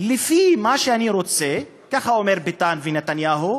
לפי מה שאני רוצה, ככה אומרים ביטן ונתניהו